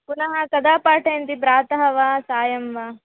पुनः कदा पाठयन्ति प्रातः वा सायं वा